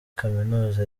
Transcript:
kaminuza